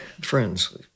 friends